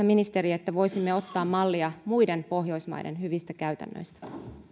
ministeri että voisimme ottaa mallia muiden pohjoismaiden hyvistä käytännöistä